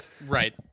Right